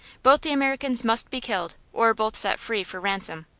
both the americans must be killed, or both set free for ransom.